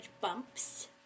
bumps